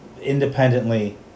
independently